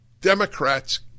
Democrats